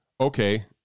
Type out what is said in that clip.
okay